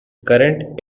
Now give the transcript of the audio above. current